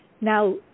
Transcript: Now